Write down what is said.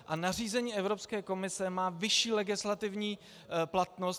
A nařízení Evropské komise má vyšší legislativní platnost.